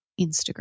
Instagram